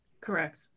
Correct